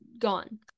gone